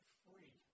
free